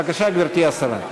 בבקשה, גברתי השרה.